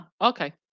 okay